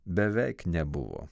beveik nebuvo